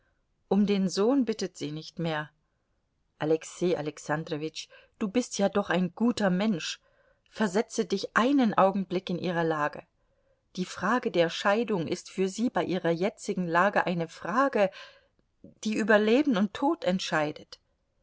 um den sohn bittet sie nicht mehr alexei alexandrowitsch du bist ja doch ein guter mensch versetze dich einen augenblick in ihre lage die frage der scheidung ist für sie bei ihrer jetzigen lage eine frage die über leben und tod entscheidet